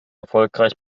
erfolgreich